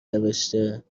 نوشته